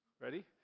Ready